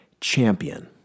champion